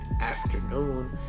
afternoon